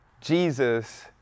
Jesus